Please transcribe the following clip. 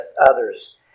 others